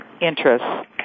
interests